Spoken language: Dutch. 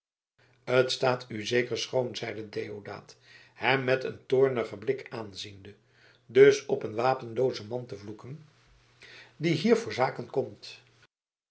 t staat u zeker schoon zeide deodaat hem met een toornigen blik aanziende dus op een wapenloozen man te vloeken die hier voor zaken komt